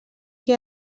que